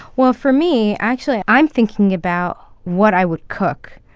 well, for me, actually, i'm thinking about what i would cook